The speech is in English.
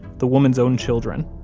the woman's own children,